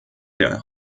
der